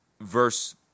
verse